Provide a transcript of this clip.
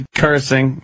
cursing